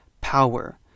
power